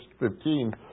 15